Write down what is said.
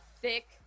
thick